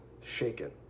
shaken